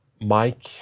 Mike